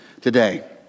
today